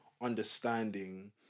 understanding